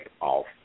off